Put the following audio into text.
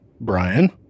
Brian